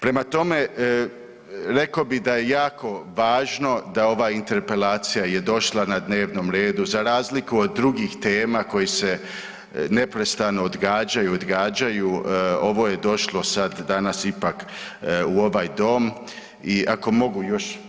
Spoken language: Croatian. Prema tome, rekao bi da je jako važno da ova interpelacija je došla na dnevnom redu za razliku od drugih tema koji se neprestano odgađaju, odgađaju ovo je došlo sad danas ipak u ovaj dom i ako mogu još koju sekundu.